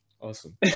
Awesome